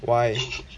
why